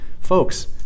Folks